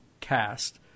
cast